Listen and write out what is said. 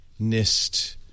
NIST